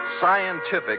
scientific